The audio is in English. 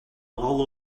all